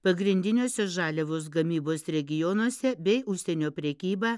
pagrindiniuose žaliavos gamybos regionuose bei užsienio prekybą